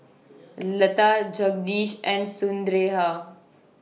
Lata Jagadish and Sundaraiah